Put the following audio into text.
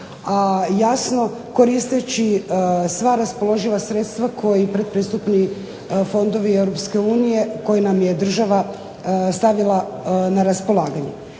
jasno koristeći sva raspoloživa sredstva koji pristupni fondovi Europske unije, koje nam je država stavila na raspolaganje.